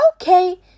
Okay